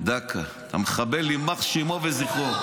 דקה המחבל יימח שמו וזכרו.